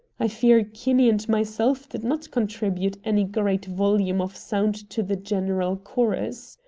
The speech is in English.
i fear kinney and myself did not contribute any great volume of sound to the general chorus.